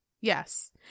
Yes